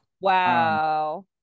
wow